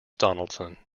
donaldson